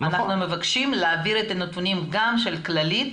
אנחנו מבקשים להעביר את הנתונים גם של כללית